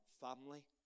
Family